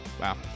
wow